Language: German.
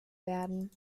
werden